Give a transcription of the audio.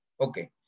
Okay